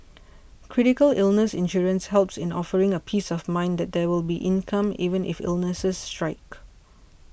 critical illness insurance helps in offering a peace of mind that there will be income even if illnesses strike